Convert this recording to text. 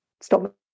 stop